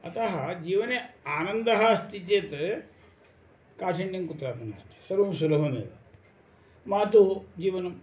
अतः जीवने आनन्दः अस्ति चेत् काठिन्यं कुत्रापि नास्ति सर्वं सुलभमेव मातुः जीवनम्